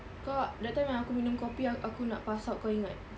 kau that time yang aku minum kopi aku nak pass out kau ingat